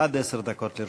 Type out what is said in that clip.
עד עשר דקות לרשותך.